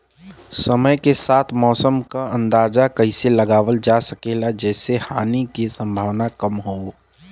समय के साथ मौसम क अंदाजा कइसे लगावल जा सकेला जेसे हानि के सम्भावना कम हो?